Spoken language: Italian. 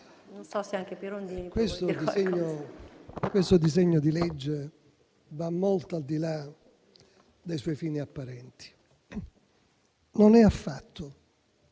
questo disegno di legge va molto al di là dei suoi fini apparenti. Non è affatto,